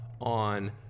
on